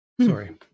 Sorry